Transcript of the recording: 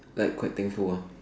like quite thankful ah